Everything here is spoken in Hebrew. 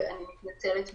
ואני מתנצלת מראש.